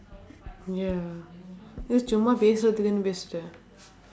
ya just சும்மா பேசுறத்துக்குன்னு பேசிட்டேன்:summaa peesuraththukkunnu peesitdeen